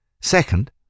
Second